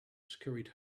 scurried